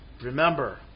remember